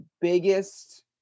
biggest